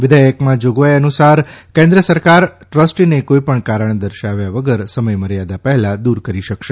વિધેયકમાં જોગવાઇ અનુસાર કેન્દ્ર સરકાર ટ્રસ્ટીને કોઇપણ કારણ દર્શાવ્યા વગર સમયમર્યાદા પહેલાં દૂર કરી શકશે